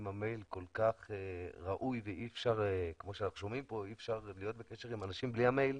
אם המייל כל כך ראוי ואי אפשר להיות בקשר עם אנשים בלי המייל,